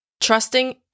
Trusting